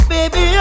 Baby